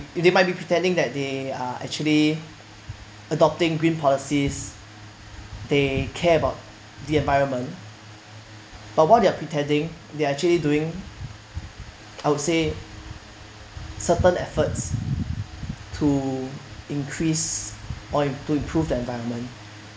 they might be pretending that they are actually adopting green policies they care about the environment but while they are pretending they are actually doing I would say certain efforts to increase or i~ to improve the environment